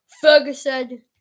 Ferguson